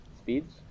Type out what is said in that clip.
Speeds